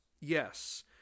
Yes